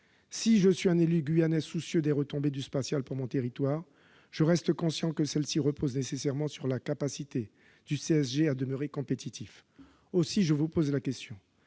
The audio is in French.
Si je suis un élu guyanais soucieux des retombées du spatial pour mon territoire, je reste conscient que celles-ci reposent nécessairement sur la capacité du CSG à demeurer compétitif. Madame la ministre, peut-on